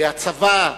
הצבא,